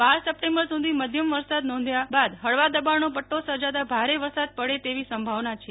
બાર September સુધી મધ્યમ વ્રસાદ નોંધાયા બાદ ફળવા દબાણનો પદો સર્જાતા ભારે વરસાદ પડે તેવી સંભાવના છે